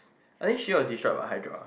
I think shield will disrupt a hydra